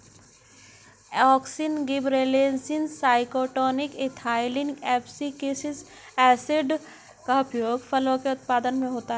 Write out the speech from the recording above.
auxin, gibberellins, cytokinin, ethylene, abscisic acid का उपयोग फलों के उत्पादन में होता है